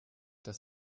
dass